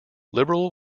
liberal